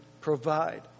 provide